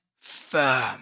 firm